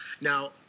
Now